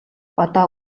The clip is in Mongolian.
одоо